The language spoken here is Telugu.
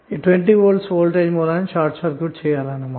20 V వోల్టేజ్ సోర్స్ ని షార్ట్ సర్క్యూట్ చేయాలి అన్నమాట